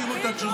תראו את התשובה.